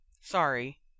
Sorry